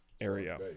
area